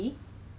对 lor